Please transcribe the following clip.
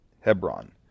Hebron